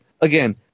again